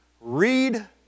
Read